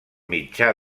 mitjà